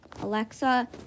Alexa